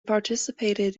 participated